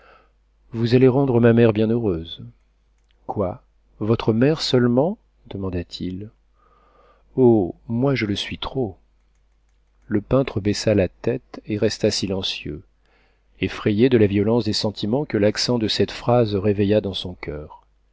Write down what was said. vous allez rendre ma mère bien heureuse quoi votre mère seulement demanda-t-il oh moi je le suis trop le peintre baissa la tête et resta silencieux effrayé de la violence des sentiments que l'accent de cette phrase réveilla dans son coeur